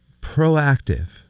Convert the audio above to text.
proactive